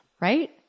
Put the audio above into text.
Right